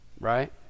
right